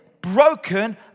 broken